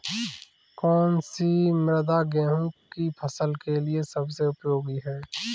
कौन सी मृदा गेहूँ की फसल के लिए सबसे उपयोगी है?